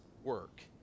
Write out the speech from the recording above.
work